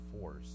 force